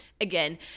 Again